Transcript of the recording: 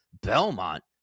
Belmont